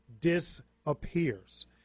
disappears